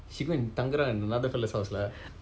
she go and தங்குறான்:thankuraan in another fella's house lah